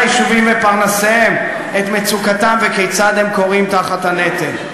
היישובים ופרנסיהם את מצוקתם וכיצד הם כורעים תחת הנטל?